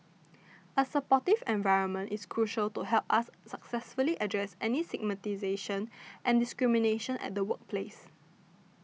a supportive environment is crucial to help us successfully address any stigmatisation and discrimination at the workplace